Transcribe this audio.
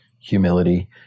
humility